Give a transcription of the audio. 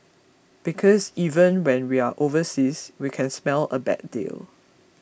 because even when we are overseas we can smell a bad deal